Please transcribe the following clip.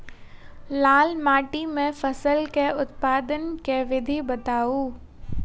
लाल माटि मे फसल केँ उत्पादन केँ विधि बताऊ?